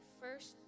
first